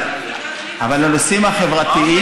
אבל לנושאים החברתיים,